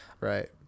Right